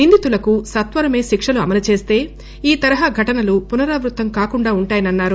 నిందితులకు సత్వరమే శిక్షలు అమలుచేస్త ఈ తరహా ఘటనలు పునరావృతం కాకుండా ఉంటాయని అన్నారు